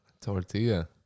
Tortilla